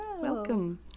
Welcome